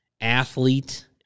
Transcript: athlete